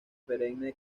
perenne